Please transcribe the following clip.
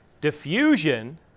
Diffusion